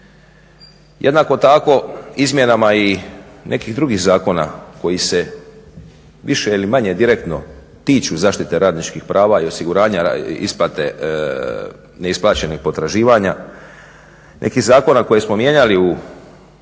Jednako tako izmjenama i nekih drugih zakona koji se više ili manje direktno tiču zaštite radničkih prava i osiguranja isplate neisplaćenih potraživanja, nekih zakona koje smo mijenjali u